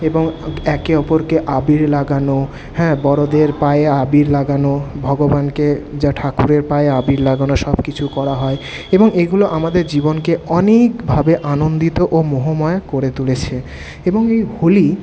এবং একে অপরকে আবির লাগানো হ্যাঁ বড়দের পায়ে আবির লাগানো ভগবানকে যা ঠাকুরের পায়ে আবির লাগানো সবকিছু করা হয় এবং এগুলো আমাদের জীবনকে অনেকভাবে আনন্দিত ও মোহময় করে তুলেছে এবং এই হোলি